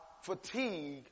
fatigue